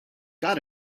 got